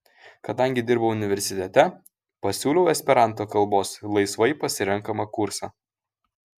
kadangi dirbau universitete pasiūliau esperanto kalbos laisvai pasirenkamą kursą